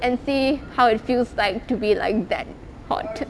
and see how it feels like to be like that hot